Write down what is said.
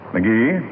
McGee